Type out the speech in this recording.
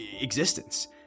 existence